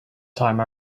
time